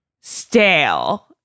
stale